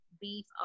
beef